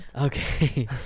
Okay